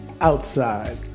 outside